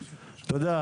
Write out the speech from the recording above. תודה.